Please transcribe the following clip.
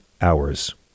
hours